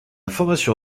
formation